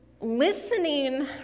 listening